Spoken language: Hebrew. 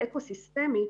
האקוסיסטמי,